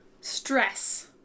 stress